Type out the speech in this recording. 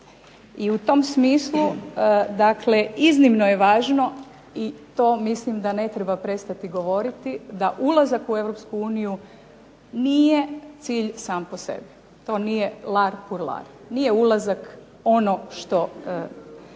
i u tom smislu, dakle, iznimno je važno i to mislim da ne treba prestati govoriti da ulazak u EU nije cilj sam po sebi. To nije … /Govornica se ne razumije./… Nije ulazak ono što